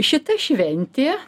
šita šventė